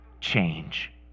change